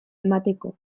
emateko